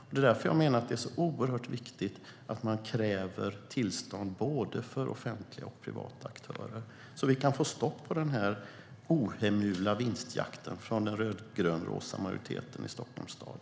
Det är därför jag menar att det är så oerhört viktigt att kräva tillstånd för både offentliga och privata aktörer så att vi kan få stopp på den ohemula vinstjakten från den röd-grön-rosa majoriteten i Stockholms stad.